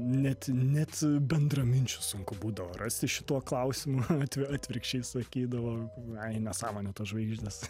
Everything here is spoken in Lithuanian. net net bendraminčių sunku būdavo rasti šituo klausimu atvirkščiai sakydavo ai nesamonė tos žvaigždės